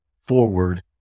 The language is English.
forward